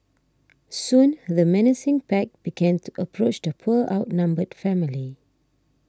soon the menacing pack began to approach the poor outnumbered family